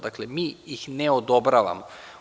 Dakle, mi ih ne odobravamo.